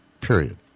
period